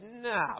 nah